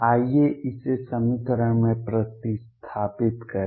आइए इसे समीकरण में प्रतिस्थापित करें